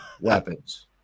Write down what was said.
Weapons